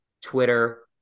Twitter